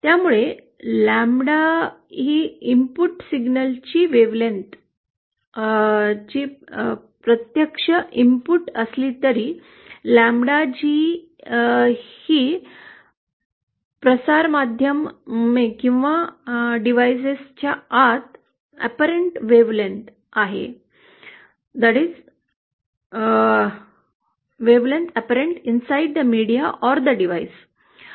त्यामुळे लॅम्ब्डा ही इनपुट सिग्नलची तरंगलांबी तरंगलांबी ची प्रत्यक्ष इनपुट असली तरी लॅम्ब्डा जी ही प्रसारमाध्यमे किंवा डिव्हाइसच्या आत स्पष्ट तरंगलांबी आहे